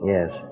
Yes